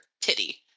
titty